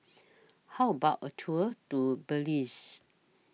How about A Tour Do Belize